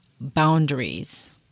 boundaries